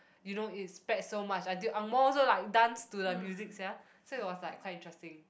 you know it spread so much until angmoh also like it dance to the music sia so it was like quite interesting